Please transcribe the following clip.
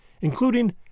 including